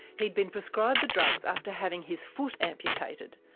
he'd been prescribed the drugs after having his foot amputated,